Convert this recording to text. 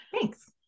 Thanks